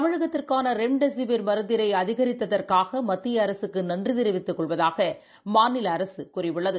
தமிழகத்திற்கானரெம்டெசிவர் மருந்தினைஅதிகரித்ததற்காகமத்தியஅரசுக்குநன்றிதெரிவித்துக் கொள்வதாகமாநிலஅரசுகூறியுள்ளது